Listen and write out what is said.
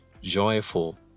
joyful